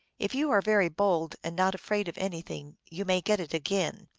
if you are very bold, and not afraid of anything, you may get it again.